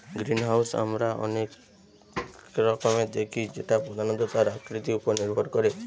greenhouse আমরা অনেক রকমের দেখি যেটা প্রধানত তার আকৃতি উপর নির্ভর করে